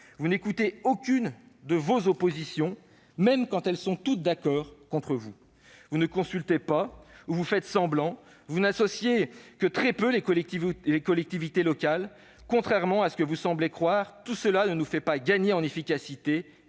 Vous n'écoutez aucun représentant des oppositions, alors même que celles-ci sont toutes d'accord contre vous. Vous ne consultez pas ou vous faites semblant ; vous n'associez que très peu les collectivités locales. Contrairement à ce que vous semblez croire, tout cela ne nous fait pas gagner en efficacité,